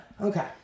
Okay